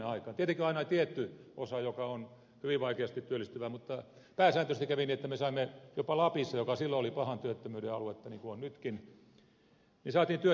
tietenkin on aina tietty osa joka on hyvin vaikeasti työllistyvä mutta pääsääntöisesti kävi niin että me saimme jopa lapissa joka silloin oli pahan työttömyyden aluetta niin kuin on nytkin työttömyyden poikki